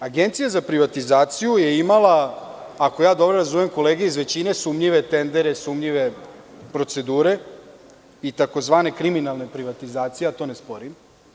Agencija za privatizaciju je imala, ako dobro razumem kolege iz većine, sumnjive tendere, sumnjive procedure i tzv. kriminalne privatizacije, ali to ne sporim.